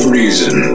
reason